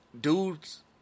dudes